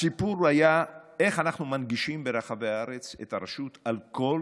הסיפור היה איך אנחנו מנגישים ברחבי הארץ את הרשות על כל